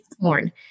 Corn